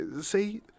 see